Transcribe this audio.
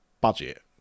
budget